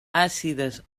àcides